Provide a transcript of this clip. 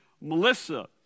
Melissa